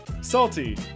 salty